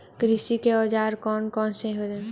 कृषि के औजार कौन कौन से हैं?